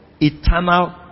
eternal